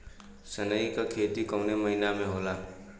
सनई का खेती कवने महीना में होला?